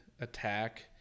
attack